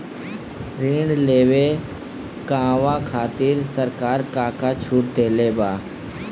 ऋण लेवे कहवा खातिर सरकार का का छूट देले बा?